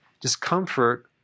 discomfort